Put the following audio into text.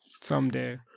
Someday